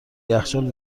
یخچال